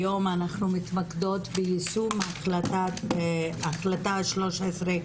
היום נתמקד ביישום החלטה 1325,